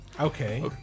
Okay